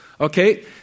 Okay